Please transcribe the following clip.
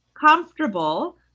comfortable